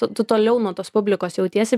tu toliau nuo tos publikos jautiesi